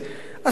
השרה,